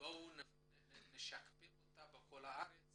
וכדאי לשכפל אותה בכל הארץ